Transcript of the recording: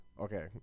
okay